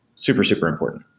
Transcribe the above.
super, super important.